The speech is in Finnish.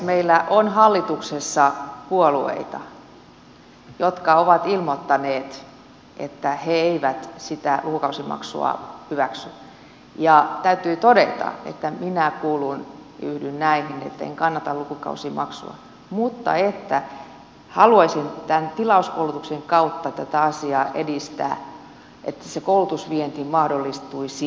meillä on hallituksessa puolueita jotka ovat ilmoittaneet että he eivät sitä lukukausimaksua hyväksy ja täytyy todeta että minä kuulun yhdyn näihin etten kannata lukukausimaksua mutta että haluaisin tämän tilauskoulutuksen kautta tätä asiaa edistää että se koulutusvienti mahdollistuisi